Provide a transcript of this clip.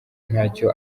ntacyo